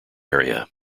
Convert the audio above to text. area